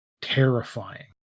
terrifying